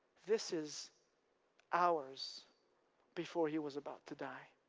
this is hours before he was about to die.